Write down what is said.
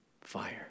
fire